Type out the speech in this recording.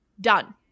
Done